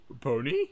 Pony